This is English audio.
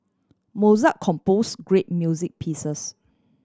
Mozart compose great music pieces